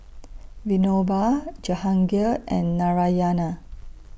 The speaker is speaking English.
Vinoba Jehangirr and Narayana